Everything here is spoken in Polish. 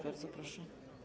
Bardzo proszę.